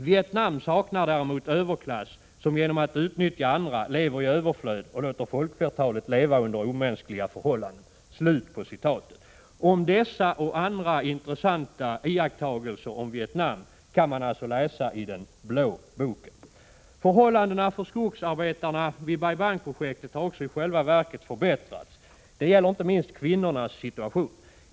Vietnam saknar däremot överklass som genom att utnyttja andra lever i överflöd och låter folkflertalet leva under omänskliga förhållanden.” Om dessa och andra intressanta iakttagelser om Vietnam kan man alltså läsa i den blå boken. Förhållandena för skogsarbetarna vid Bai Bang-projektet har i själva verket förbättrats. Det gäller inte minst kvinnornås situation.